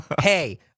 hey